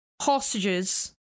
hostages